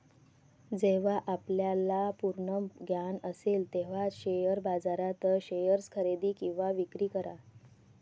जेव्हा आपल्याला पूर्ण ज्ञान असेल तेव्हाच शेअर बाजारात शेअर्स खरेदी किंवा विक्री करा